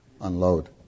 unload